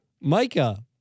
Micah